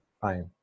fine